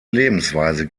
lebensweise